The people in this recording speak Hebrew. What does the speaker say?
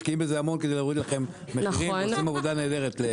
משקיעים בזה המון כדי להוריד לכם מחירים ועושים עבודה נהדרת.